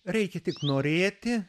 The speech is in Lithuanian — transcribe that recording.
reikia tik norėti